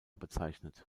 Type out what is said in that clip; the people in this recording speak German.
bezeichnet